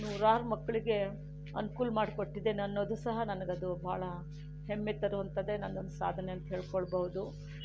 ನೂರಾರು ಮಕ್ಕಳಿಗೆ ಅನುಕೂಲ ಮಾಡ್ಕೊಟ್ಟಿದೇನನ್ನೋದು ಸಹ ನನಗದು ಬಹಳ ಹೆಮ್ಮೆ ತರುವಂಥದ್ದೇ ನನ್ನದೊಂದು ಸಾಧನೆ ಅಂತ ಹೇಳ್ಕೊಳ್ಬೋದು